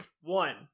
one